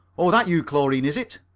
oh, that's you, chlorine, is it.